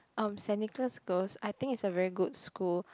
um Saint-Nicholas girls I think it's a very good school